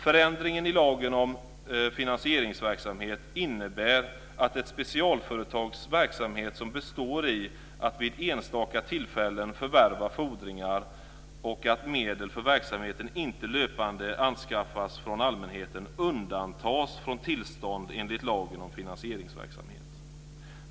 Förändringen i lagen om finansieringsverksamhet innebär att ett specialföretags verksamhet som består i att vid enstaka tillfällen förvärva fordringar och att medel för verksamheten inte löpande anskaffas från allmänheten undantas från tillstånd enligt lagen om finansieringsverksamhet.